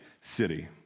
city